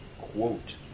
quote